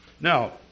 Now